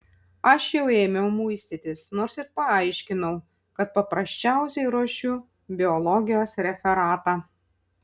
aš jau ėmiau muistytis nors ir paaiškinau kad paprasčiausiai ruošiu biologijos referatą